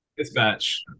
Dispatch